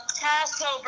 Passover